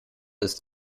ist